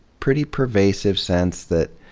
pretty pervasive sense that